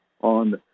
on